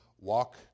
walk